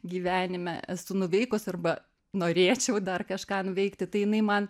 gyvenime esu nuveikus arba norėčiau dar kažką nuveikti tai jinai man